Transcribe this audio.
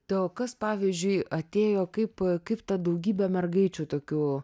tai o kas pavyzdžiui atėjo kaip kaip ta daugybė mergaičių tokių